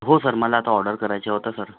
हो सर मला आता ऑर्डर करायचं होतं सर